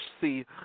See